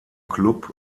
klub